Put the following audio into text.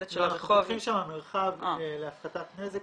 אנחנו פותחים שם מרחב להפחתת נזק,